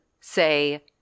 say